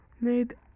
made